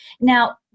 Now-